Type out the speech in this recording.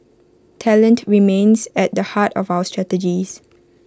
talent remains at the heart of our strategies